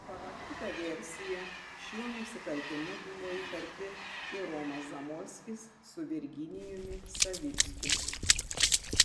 pagal kitą versiją šiuo nusikaltimu buvo įtarti ir romas zamolskis su virginijumi savickiu